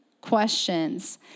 questions